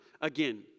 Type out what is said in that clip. again